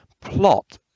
plot